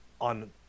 on